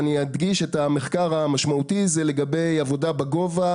אני אדגיש את המחקר המשמעותי לגבי העבודה בגובה.